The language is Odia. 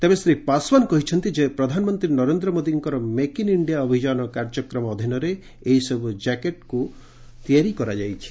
ତେବେ ଶ୍ରୀ ପାଶ୍ୱାନ୍ କହିଛନ୍ତି ପ୍ରଧାନମନ୍ତ୍ରୀ ନରେନ୍ଦ୍ର ମୋଦିଭ୍କର ମେକ୍ ଇନ୍ ଇଞ୍ଜିଆ ଅଭିଯାନ କାର୍ଯ୍ୟକ୍ରମ ଅଧୀନରେ ଏହିସବୁ ଜ୍ୟାକେଟ୍କୁ ତିଆରି କରାଯାଉଛି